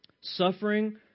Suffering